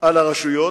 על הרשויות,